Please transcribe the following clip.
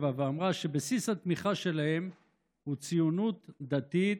ואמרה שבסיס התמיכה שלהם הוא ציונות דתית,